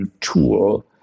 tool